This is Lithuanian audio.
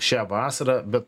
šią vasarą bet